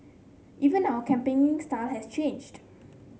even our campaigning style has changed